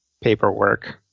paperwork